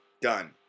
Done